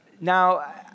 Now